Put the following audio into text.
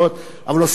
אבל עושים דור ב',